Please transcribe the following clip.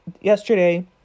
yesterday